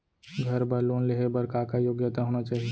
घर बर लोन लेहे बर का का योग्यता होना चाही?